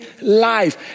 life